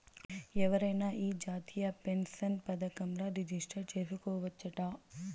ఎవరైనా ఈ జాతీయ పెన్సన్ పదకంల రిజిస్టర్ చేసుకోవచ్చట